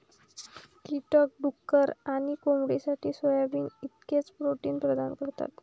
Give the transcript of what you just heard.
कीटक डुक्कर आणि कोंबडीसाठी सोयाबीन इतकेच प्रोटीन प्रदान करतात